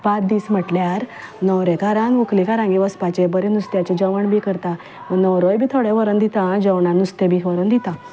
पांच दीस म्हटल्यार न्हवरेकारान व्हंकलेकारांगेर वचपाचें बरें नुस्त्याचें जेवण बीन करता न्हवरोय बी थोडें व्हरून दिता हा जेवणाक नुस्तें बी व्हरून दिता